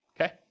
okay